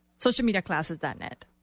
socialmediaclasses.net